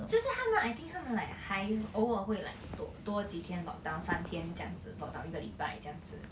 就是他们 I think 他们 like 还偶尔会 like 多多几天 lockdown 三天这样子 lockdown 一个礼拜这样子